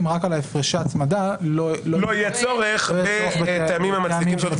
על הפרשי הצמדה לא --- לא יהיה צורך בטעמים המצדיקים זאת,